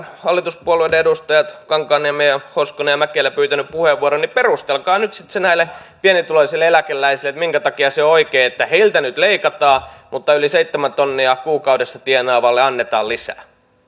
hallituspuolueiden edustajat kankaanniemi hoskonen ja mäkelä pyytäneet puheenvuoron niin perustelkaa nyt sitten näille pienituloisille eläkeläisille minkä takia on oikein että heiltä nyt leikataan mutta yli seitsemän tonnia kuukaudessa tienaavalle annetaan lisää